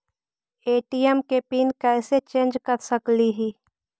ATM के pin कैसे change कर सकली ही?